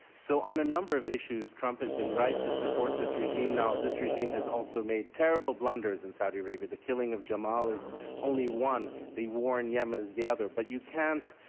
on a number of issues trump has been right to support this regime. now this regime has also made terrible blunders in saudi arabia, the killing of jamal is only one. the warren yem is the other but you can't,